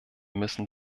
müssen